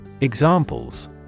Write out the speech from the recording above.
Examples